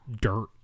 dirt